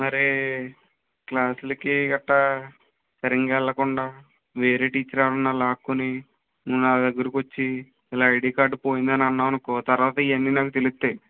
మరీ క్లాసులకి అట్టా సరిగ్గా వెళ్ళకుండా వేరే టీచర్ ఎవరైనా లాక్కుని నువ్వు నా దగ్గరకి వచ్చి ఇలా ఐడి కార్డ్ పోయిందని అన్నావనుకో తర్వాత ఇవన్నీ నాకు తెలుస్తాయి